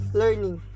learning